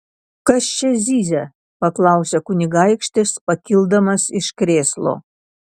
kas čia zyzia paklausė kunigaikštis pakildamas iš krėslo